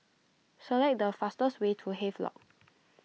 select the fastest way to Havelock